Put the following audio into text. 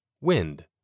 Wind